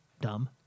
dumb